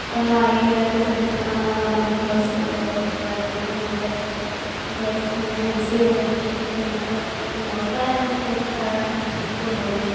कोनो आ गेलै तऽ जल्दी खाना उना बनेली गैस बन्द करि देली ने गैस गैस इमर्जेन्सीके लेल ठीक हइ बहुते आदमी लेल खराब हइ ठीको हइ